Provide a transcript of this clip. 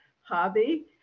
hobby